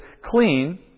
clean